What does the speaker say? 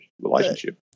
relationship